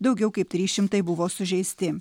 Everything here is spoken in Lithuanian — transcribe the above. daugiau kaip trys šimtai buvo sužeisti